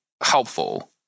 helpful